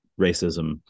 racism